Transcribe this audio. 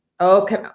Okay